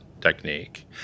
technique